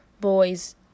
boys